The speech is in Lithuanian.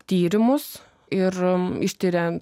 tyrimus ir ištiria